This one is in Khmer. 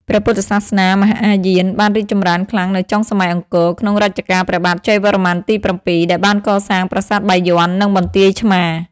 ព្រះពុទ្ធសាសនាមហាយានបានរីកចម្រើនខ្លាំងនៅចុងសម័យអង្គរ ក្នុងរជ្ជកាលព្រះបាទជ័យវរ្ម័នទី៧ ដែលបានកសាងប្រាសាទបាយ័ន និងបន្ទាយឆ្មារ។